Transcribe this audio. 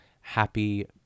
happy